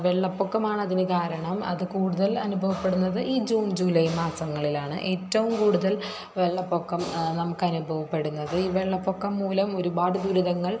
വെള്ളപ്പൊക്കമാണതിന് കാരണം അത് കൂടുതൽ അനുഭവപ്പെടുന്നത് ഈ ജൂൺ ജൂലൈ മാസങ്ങളിലാണ് ഏറ്റവും കൂടുതൽ വെള്ളപ്പൊക്കം നമുക്ക് അനുഭവപ്പെടുന്നത് ഈ വെള്ളപ്പൊക്കം മൂലം ഒരുപാട് ദുരിതങ്ങൾ